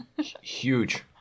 Huge